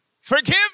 forgive